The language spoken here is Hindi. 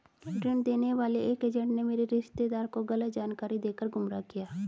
ऋण देने वाले एक एजेंट ने मेरे रिश्तेदार को गलत जानकारी देकर गुमराह किया